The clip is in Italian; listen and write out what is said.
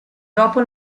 dopo